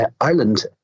Ireland